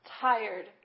tired